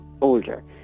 older